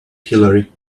hillary